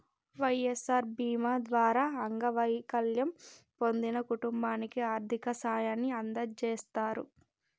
వై.ఎస్.ఆర్ బీమా ద్వారా అంగవైకల్యం పొందిన కుటుంబానికి ఆర్థిక సాయాన్ని అందజేస్తారు